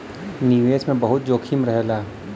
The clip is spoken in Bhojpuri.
निवेश मे बहुते जोखिम रहेला